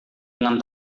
dengan